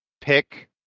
pick